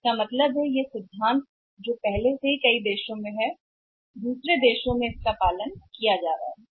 तो इसका अर्थ है कि यह सिद्धांत जो पहले से ही अन्य देशों में है अन्य देशों में पालन किया जा रहा है